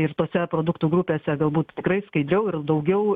ir tose produktų grupėse galbūt tikrai skaidriau ir daugiau